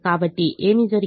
కాబట్టి ఏమి జరిగింది